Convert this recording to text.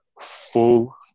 full